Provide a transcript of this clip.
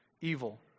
evil